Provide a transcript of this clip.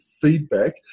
feedback